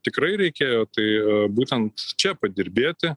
tikrai reikėjo tai būtent čia padirbėti